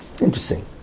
interesting